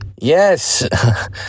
Yes